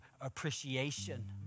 appreciation